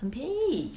很便宜